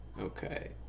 Okay